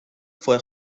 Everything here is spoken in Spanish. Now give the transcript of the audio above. fue